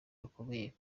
gakomeye